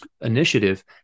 initiative